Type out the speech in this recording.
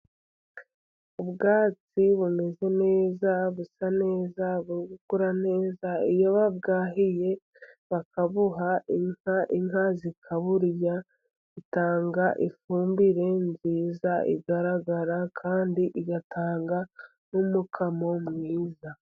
Ubwatsi bumeze neza, busa neza, bukura neza, iyo bwahiye bakabuha inka, inka zikaburya, itanga ifumbire nziza igaragara, kandi igatanga n'umukamo mwiza.